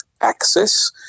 access